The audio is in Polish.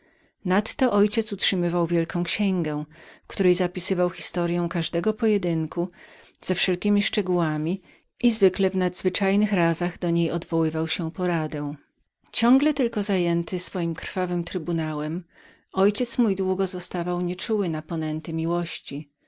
nadto ojciec mój utrzymywał wielką księgę w której zapisywał historyę każdego pojedynku ze wszelkiemi szczegółami i zwykle w nadzwyczajnych razach do niej odwoływał się po radę tak ciągle tylko zajęty swoim krwawym trybunałem mój ojciec długo zostawał nieczułym na ponęty miłości